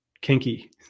kinky